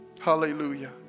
Hallelujah